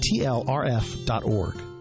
tlrf.org